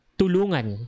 tulungan